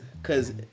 Cause